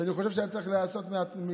שאני חושב שהיה צריך להיעשות מלכתחילה,